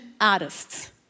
Artists